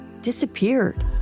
disappeared